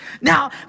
now